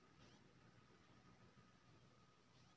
बीमा किये जरूरी कहल जाय छै?